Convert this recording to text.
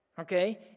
Okay